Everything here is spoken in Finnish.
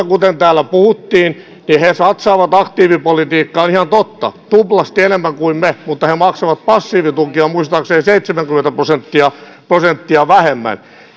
kuten täällä puhuttiin he he satsaavat aktiivipolitiikkaan ihan totta tuplasti enemmän kuin me mutta he maksavat passiivitukia muistaakseni seitsemänkymmentä prosenttia prosenttia vähemmän